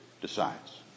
decides